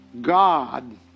God